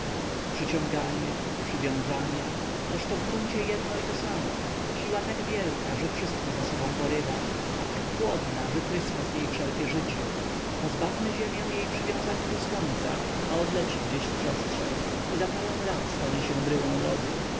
przyciąganie przywiązanie tożto w gruncie jedno i to samo siła tak wielka że wszystko za sobą porywa a tak płodna że tryska z niej wszelkie życie pozbawmy ziemię jej przywiązania do słońca a odleci gdzieś w przestrzeń i za parę lat stanie się bryłą lodu